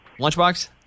Lunchbox